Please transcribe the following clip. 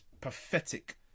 pathetic